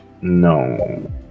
No